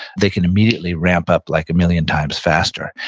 they can immediately ramp up like a million times faster.